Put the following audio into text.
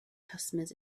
customers